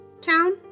town